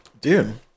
Dude